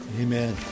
amen